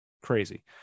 crazy